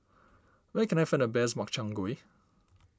where can I find the best Makchang Gui